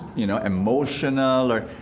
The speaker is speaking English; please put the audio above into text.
you know, emotional or.